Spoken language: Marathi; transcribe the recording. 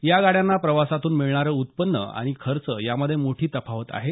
या गाड्यांना प्रवासातून मिळणारे उत्पन्न आणि खर्च यामध्ये मोठी तफावत आहे